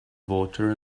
water